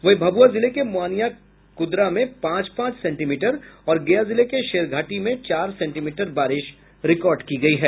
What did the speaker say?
वहीं भगुआ जिले के मोहनिया कुदरा में पांच पांच सेंटीमीटर और गया जिले के शेरघाटी में चार सेंटीमीटर बारिश रिकॉर्ड की गयी है